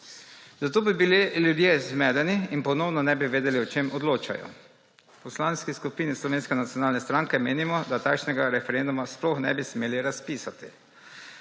zato bi bili ljudje zmedeni in ponovno ne bi vedeli, o čem odločajo. V Poslanski skupini Slovenske nacionalne stranke menimo, da takšnega referenduma sploh ne bi smeli razpisati,